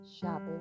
shopping